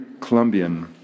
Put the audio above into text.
Colombian